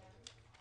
כן.